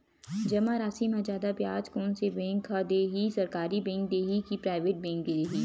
जमा राशि म जादा ब्याज कोन से बैंक ह दे ही, सरकारी बैंक दे हि कि प्राइवेट बैंक देहि?